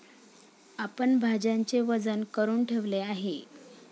आपण भाज्यांचे वजन करुन ठेवले आहे